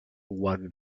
what